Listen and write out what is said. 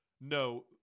No